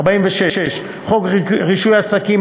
46. חוק רישוי עסקים,